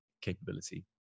capability